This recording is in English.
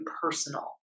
personal